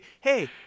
hey